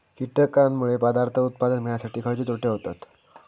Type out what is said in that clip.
कीटकांनमुळे पदार्थ उत्पादन मिळासाठी खयचे तोटे होतत?